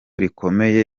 rikomeye